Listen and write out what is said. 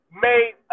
made